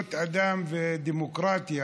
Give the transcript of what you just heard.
זכויות אדם ודמוקרטיה,